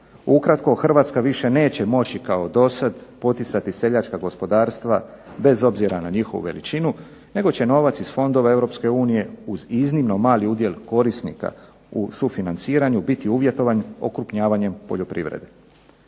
Ukratko Hrvatska više neće moći kao do sada poticati seljačka gospodarstva bez obzira na njihovu veličinu nego će novac iz fondova Europske unije uz iznimno mali udjel korisnika u sufinanciranju biti uvjetovan okrupnjavanjem poljoprivrede.